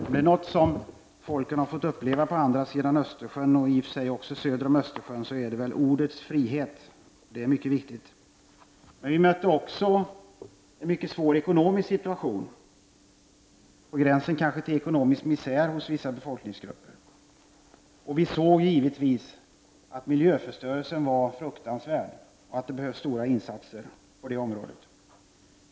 Om det är något som folket på andra sidan, och i och för sig också på södra sidan om, Östersjön har fått uppleva så är det ordet frihet. Det är mycket viktigt. Vi mötte emellertid också en mycket svår ekonomisk situation, på gränsen till ekonomisk misär hos vissa befolkningsgrupper. Vi såg givetvis att miljöförstörelsen var fruktansvärd och att det behövs stora insatser på det området.